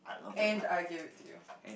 and argue with you